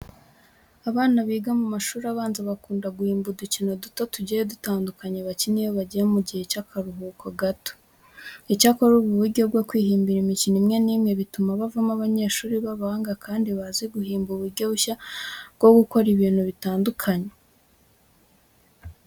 Abana biga mu mashuri abanza bakunda guhimba udukino tugiye dutandukanye bakina iyo bagiye mu gihe cy'akaruhuko gato. Icyakora, ubu buryo bwo kwihimbira imikino imwe n'imwe butuma bavamo abanyeshuri b'abahanga kandi bazi guhimba uburyo bushya bwo gukora ibintu bitandukanye.